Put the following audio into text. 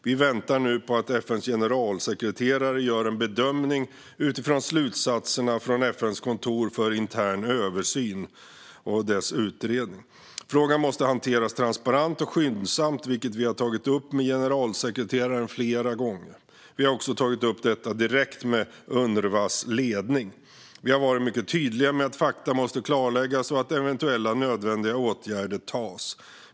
Vi väntar nu på att FN:s generalsekreterare gör en bedömning utifrån slutsatserna från FN:s kontor för intern översyns utredning. Frågan måste hanteras transparent och skyndsamt, vilket vi har tagit upp med generalsekreteraren flera gånger. Vi har också tagit upp detta direkt med Unrwas ledning. Vi har varit mycket tydliga med att fakta måste klarläggas och eventuella nödvändiga åtgärder vidtas.